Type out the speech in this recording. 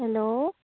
hello